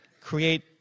create